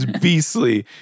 beastly